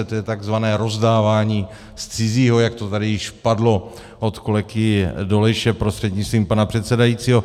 To je takzvané rozdávání z cizího, jak to tady již padlo od kolegy Dolejše prostřednictvím pana předsedajícího.